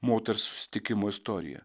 moters susitikimo istorija